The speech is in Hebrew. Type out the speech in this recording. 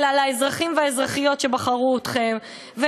אלא לאזרחים ולאזרחיות שבחרו אתכם,